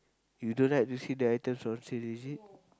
you don't like to see the items on sale is it